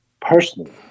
personally